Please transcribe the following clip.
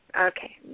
Okay